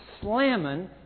slamming